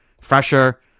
fresher